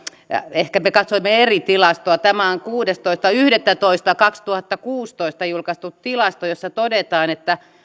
ehkä me katsoimme eri tilastoa tämä on kuudestoista yhdettätoista kaksituhattakuusitoista julkaistu tilasto jossa todetaan että